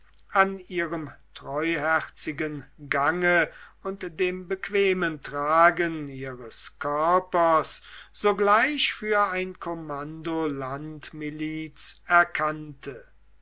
an ihrem treuherzigen gange und dem bequemen tragen ihres körpers sogleich für ein kommando landmiliz erkannte